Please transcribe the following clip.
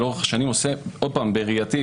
בראייתי,